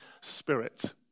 Spirit